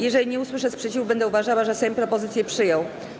Jeżeli nie usłyszę sprzeciwu, będę uważała, że Sejm propozycję przyjął.